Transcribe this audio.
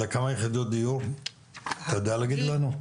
לכמה יחידות דיור, אתה יודע להגיד לנו?